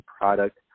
product